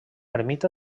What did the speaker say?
ermita